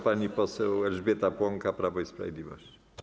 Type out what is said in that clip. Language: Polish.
Pani poseł Elżbieta Płonka, Prawo i Sprawiedliwość.